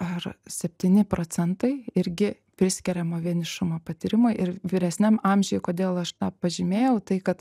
ar septyni procentai irgi priskiriama vienišumo patyrimui ir vyresniam amžiui kodėl aš tą pažymėjau tai kad